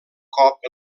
cop